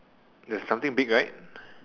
there's something big right